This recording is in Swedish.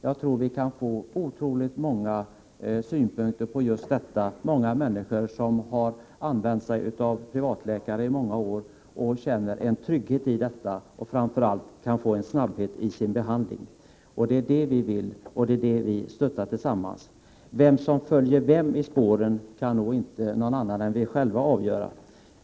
Jag tror att vi kan få otroligt många synpunkter på just detta. Många människor har vänt sig till privata läkare i flera år och känner en trygghet i detta, och framför allt kan de få en snabb behandling. Det är det vi vill, och det är det vi stöttar tillsammans. Vem som följer vem i spåren kan nog inte någon annan än vi själva avgöra.